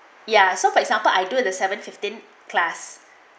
ya so for example I do the seven fifteen class